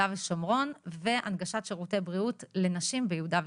ושומרון והנגשת שירותי בריאות לנשים ביהודה ושומרון.